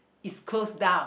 is closed down